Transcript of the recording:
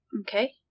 Okay